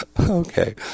okay